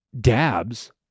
dabs